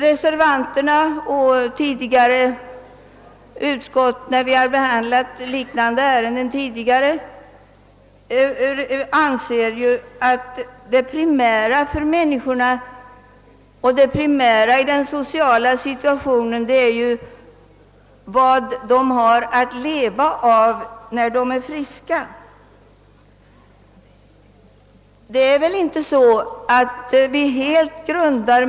Då vi tidigare behandlat liknande ärenden har utskottet ansett — liksom reservanterna nu — att det primära i den sociala situationen är vad människorna har att leva av när de är friska.